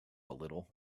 little